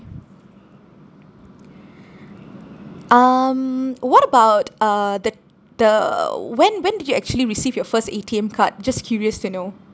um what about uh the the uh when when did you actually receive your first A_T_M card just curious to know